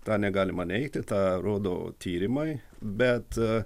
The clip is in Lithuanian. tą negalima neigti tą rodo tyrimai bet